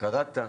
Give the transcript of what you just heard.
קראת.